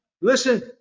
listen